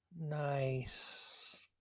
nice